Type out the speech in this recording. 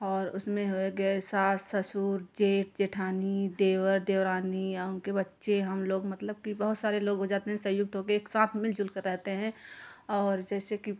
और उसमें हो गए सास सासुर जेट जेठानी देवर देवरानी या उनके बच्चे हम लोग मतलब की बहुत सारे लोग हो जाते हैं संयुक्त हो कर एक साथ मिलजुल कर रहते हैं और जैसे कि